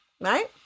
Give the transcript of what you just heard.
right